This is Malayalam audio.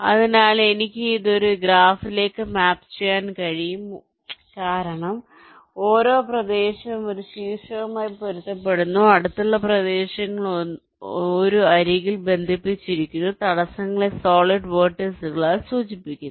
അതിനാൽ എനിക്ക് ഇത് ഒരു ഗ്രാഫിലേക്ക് മാപ്പ് ചെയ്യാൻ കഴിയും കാരണം ഓരോ പ്രദേശവും ഒരു ശീർഷവുമായി പൊരുത്തപ്പെടുന്നു അടുത്തുള്ള പ്രദേശങ്ങൾ ഒരു അരികിൽ ബന്ധിപ്പിച്ചിരിക്കുന്നു തടസ്സങ്ങളെ സോളിഡ് വെർട്ടീസുകളാൽ സൂചിപ്പിക്കുന്നു